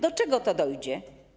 Do czego tu dojdzie?